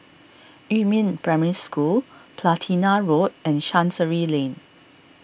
Yumin Primary School Platina Road and Chancery Lane